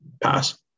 pass